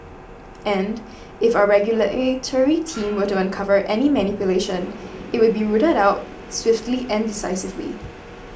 and if our regulatory team were to uncover any manipulation it would be rooted out swiftly and decisively